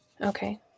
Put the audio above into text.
Okay